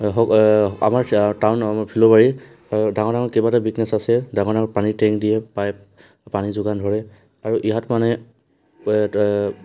আমাৰ টাউন আমাৰ ফিল'বাৰী ডাঙৰ ডাঙৰ কেইবাটাও বিজনেছ আছে ডাঙৰ ডাঙৰ পানী টেংক দিয়ে পাইপ পানী যোগান ধৰে আৰু ইহঁত মানে